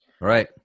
right